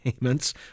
payments